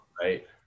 right